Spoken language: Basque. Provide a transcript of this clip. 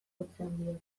otxandion